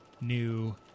new